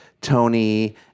Tony